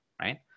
right